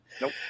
Nope